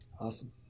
Awesome